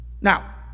Now